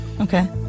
Okay